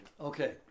Okay